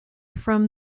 from